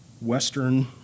Western